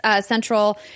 Central